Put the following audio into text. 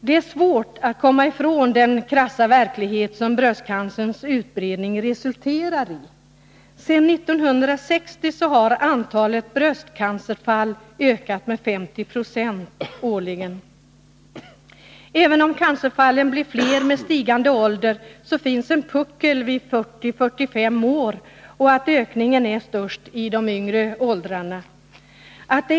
Det är svårt att komma ifrån den krassa verklighet som bröstcancerns utbredning resulterar i. Sedan 1960 har antalet bröstcancerfall ökat med 50 90. Även om cancerfallen blir fler med stigande ålder, finns en puckel vid 40-45 år, och ökningen är störst i de yngre åldrarna.